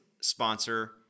sponsor